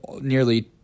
nearly